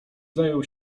zajął